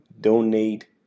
donate